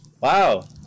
Wow